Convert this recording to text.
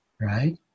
right